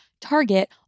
Target